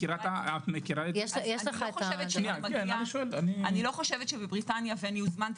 אני לא חושבת שבבריטניה והוזמנתי